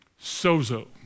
Sozo